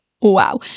Wow